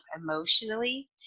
emotionally